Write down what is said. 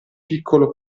piccolo